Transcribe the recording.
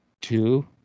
two